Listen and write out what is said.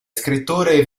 scrittore